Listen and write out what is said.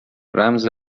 رمز